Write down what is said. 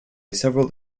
several